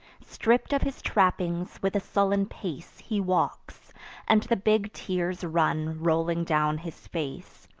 stripp'd of his trappings, with a sullen pace he walks and the big tears run rolling down his face.